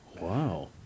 Wow